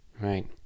right